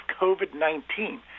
COVID-19